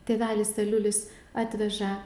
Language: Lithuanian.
tėvelis aliulis atveža